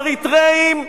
אריתריאים,